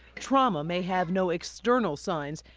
trauma may have no external signs,